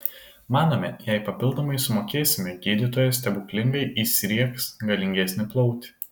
manome jei papildomai sumokėsime gydytojas stebuklingai įsriegs galingesnį plautį